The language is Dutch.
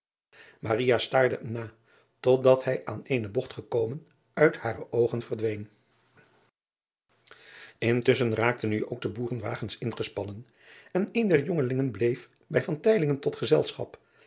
staarde hem na tot dat hij aan eene bogt gekomen uit hare oogen verdween driaan oosjes zn et leven van aurits ijnslager ntusschen raakten nu ook de boerenwagens ingespannen en een der jongelingen bleef bij tot gezelschap